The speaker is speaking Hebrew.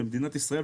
שמדינת ישראל,